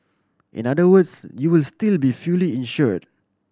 in other words you will still be fully insured